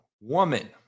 woman